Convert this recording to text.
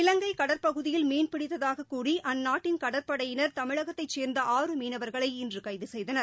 இலங்கைகடற்பகுதியில் மீன்பிடித்தாகக் கூறி அந்நாட்டின் கடற்படையினர் தமிழகத்தைச் சேர்ந்த ஆறு மீனவர்களை இன்றுகைதுசெய்தனர்